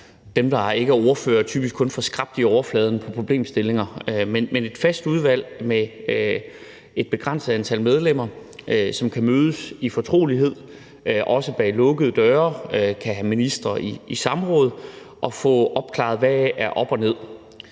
dem, der ikke er ordførere, typisk kun får skrabet i overfladen på problemstillingerne, men et fast udvalg med et begrænset antal medlemmer, som kan mødes i fortrolighed og også bag lukkede døre kan have ministre i samråd og få opklaret, hvad der er op og ned.